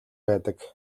байдаг